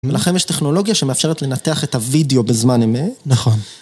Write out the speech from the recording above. לכם יש טכנולוגיה שמאפשרת לנתח את הוידאו בזמן אמת, נכון.